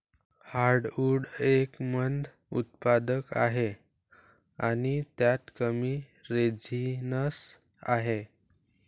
heartwood एक मंद उत्पादक आहे आणि त्यात कमी रेझिनस आहे